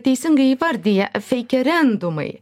teisingai įvardija feikerendumai